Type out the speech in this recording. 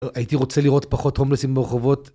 הייתי רוצה לראות פחות הומלסים ברחובות.